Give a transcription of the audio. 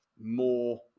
more